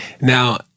Now